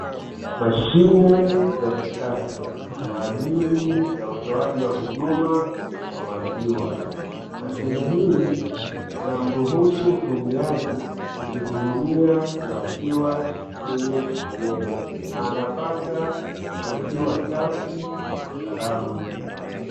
Mashine ya kisasa kwa ajili ya utoaji wa huduma ya maziwa, mashine hii inamruhusu mtumiaji kujihudumia maziwa yeye mwenyewe, na anapata maziwa safi na salama.